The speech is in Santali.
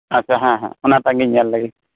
ᱟᱪᱪᱷᱟ ᱦᱮᱸ ᱦᱮᱸ ᱚᱱᱟᱴᱟᱜ ᱜᱮᱧ ᱧᱮᱞ ᱞᱮᱜᱮ